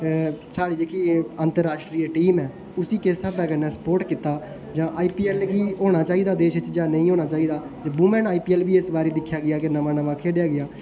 साढ़ी जेह्की अंतररास्ट्रीय टीम ऐ उस्सी किस स्हाबै कन्नै सपोर्ट कीता जां आई पी ऐल दी होना चाहीदा देश च जां नेईं होना चाहिदा ते वूमेन आई पी ऐल बी इस बार दिक्खेआ गेआ इस बार की नमां नमां खेढ़ेआ गेआ